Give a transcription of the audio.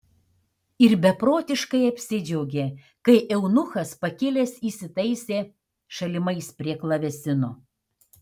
ir beprotiškai apsidžiaugė kai eunuchas pakilęs įsitaisė šalimais prie klavesino